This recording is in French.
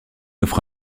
offre